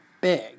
big